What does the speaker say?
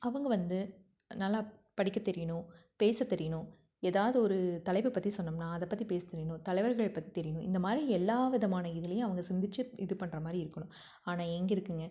அவங்க வந்து நல்லா படிக்கத் தெரியணும் பேசத் தெரியணும் எதாவது ஒரு தலைப்பை பற்றி சொன்னோம்னால் அதைப் பற்றி பேசத் தெரியணும் தலைவர்கள் பற்றி தெரியணும் இந்த மாதிரி எல்லா விதமான இதுலேயும் அவங்க சிந்தித்து இது பண்ணுற மாதிரி இருக்கணும் ஆனால் எங்கே இருக்குங்க